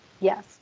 Yes